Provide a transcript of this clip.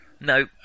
No